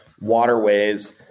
waterways